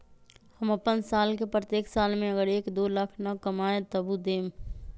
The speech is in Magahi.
हम अपन साल के प्रत्येक साल मे अगर एक, दो लाख न कमाये तवु देम?